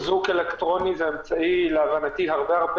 איזוק אלקטרוני זה אמצעי להבנתי הרבה הרבה